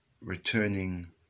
returning